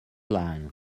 line